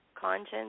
conscience